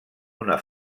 una